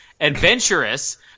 adventurous